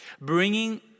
bringing